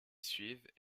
suivent